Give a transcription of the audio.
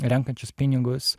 renkančius pinigus